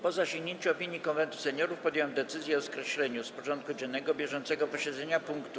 Po zasięgnięciu opinii Konwentu Seniorów podjąłem decyzję o skreśleniu z porządku dziennego bieżącego posiedzenia punktu: